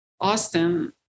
Austin